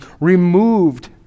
removed